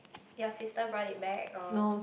your sister brought it back or